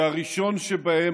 והראשון שבהם,